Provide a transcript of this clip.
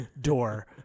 door